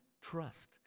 trust